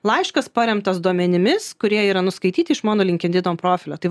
laiškas paremtas duomenimis kurie yra nuskaityti iš mano linkedino profilio tai